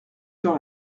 sur